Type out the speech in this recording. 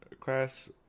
class